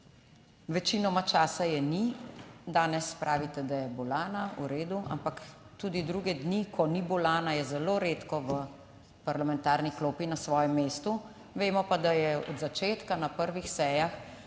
večinoma časa je ni. Danes pravite, da je bolana. V redu, ampak tudi druge dni, ko ni bolana, je zelo redko v parlamentarni klopi na svojem mestu, vemo pa, da je od začetka na prvih sejah